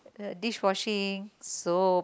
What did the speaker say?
the dishwashing soap